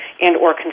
and/or